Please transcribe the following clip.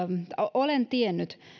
olen tiennyt